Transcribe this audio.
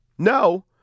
No